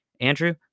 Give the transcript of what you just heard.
Andrew